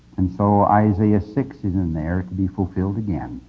and so isaiah six is in there to be fulfilled again,